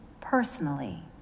personally